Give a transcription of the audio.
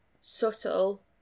subtle